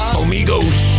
amigos